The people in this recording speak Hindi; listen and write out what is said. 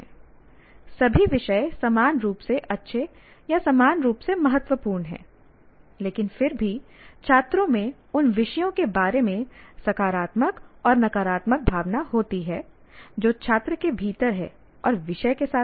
सभी विषय समान रूप से अच्छे या समान रूप से महत्वपूर्ण हैं लेकिन फिर भी छात्रों में उन विषयों के बारे में सकारात्मक और नकारात्मक भावना होती है जो छात्र के भीतर है और विषय के साथ नहीं